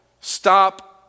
stop